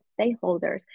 stakeholders